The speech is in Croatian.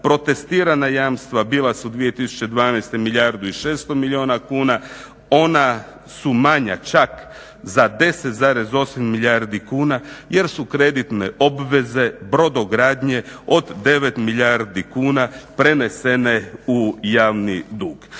protestirana jamstva bila su 2012.milijardu i 600 milijuna kuna. Ona su manja čak za 10,8 milijardi kuna jer su kreditne obveze brodogradnje od 9 milijardi kuna prenesene u javni dug.